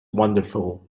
wonderful